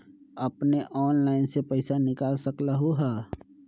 अपने ऑनलाइन से पईसा निकाल सकलहु ह?